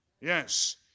Yes